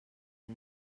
deu